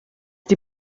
die